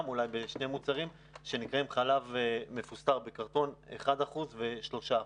ואולי בשני מוצרים שנקראים חלב מפוסטר בקרטון 1% ו-3%.